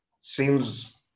seems